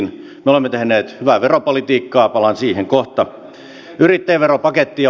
me olemme tehneet hyvää veropolitiikkaa palaan siihen kohta